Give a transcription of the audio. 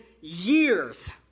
years